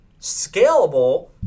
scalable